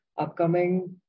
upcoming